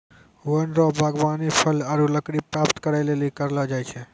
वन रो वागबानी फल आरु लकड़ी प्राप्त करै लेली करलो जाय छै